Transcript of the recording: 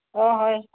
অঁ হয়